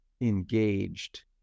engaged